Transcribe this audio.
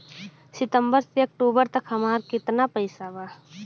सितंबर से अक्टूबर तक हमार कितना पैसा बा?